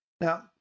Now